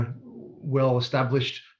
well-established